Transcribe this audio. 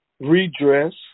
redress